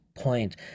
point